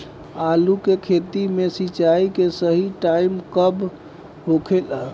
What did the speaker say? आलू के खेती मे सिंचाई के सही टाइम कब होखे ला?